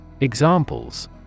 Examples